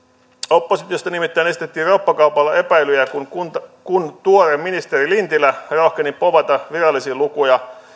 oppositiosta nimittäin esitettiin roppakaupalla epäilyjä kun tuore ministeri lintilä rohkeni povata virallisia lukuja